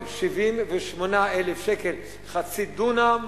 778,000 שקל, חצי דונם.